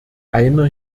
einer